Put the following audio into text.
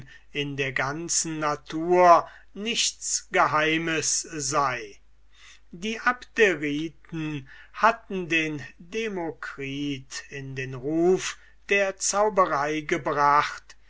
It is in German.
in der ganzen natur nichts geheimes sei die abderiten hatten den demokritus in den ruf der zauberei gebracht